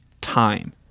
time